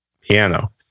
piano